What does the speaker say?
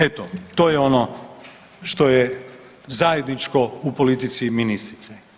Eto to je ono što je zajedničko u politici ministrice.